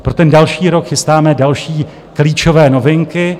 Pro ten další rok chystáme další klíčové novinky.